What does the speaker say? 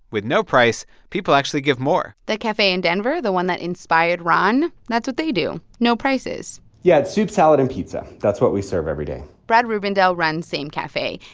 with no price, people actually give more the cafe in denver the one that inspired ron that's what they do no prices yeah. it's soup, salad and pizza. that's what we serve every day brad reubendale runs same cafe.